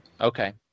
Okay